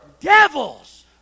devils